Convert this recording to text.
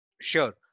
Sure